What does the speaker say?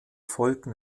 folgten